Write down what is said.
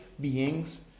beings